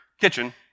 kitchen